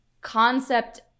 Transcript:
concept